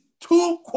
Two